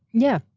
yeah.